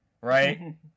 right